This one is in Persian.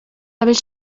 روش